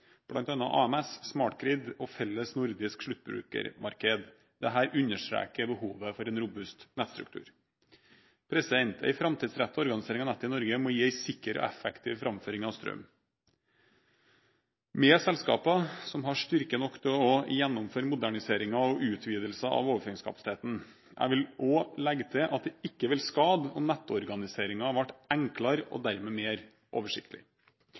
bl.a. AMS, «smart grid» og felles nordisk sluttbrukermarked. Dette understreker behovet for en robust nettstruktur. En framtidsrettet organisering av nettet i Norge må gi en sikker og effektiv framføring av strøm med selskaper som har styrke nok til å gjennomføre moderniseringer og utvidelser av overføringskapasiteten. Jeg vil også legge til at det ikke vil skade om nettorganiseringen ble enklere og dermed mer oversiktlig.